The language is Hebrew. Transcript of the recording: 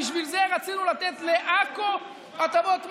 ובשביל זה רצינו לתת לעכו הטבות מס.